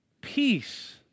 peace